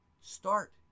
Start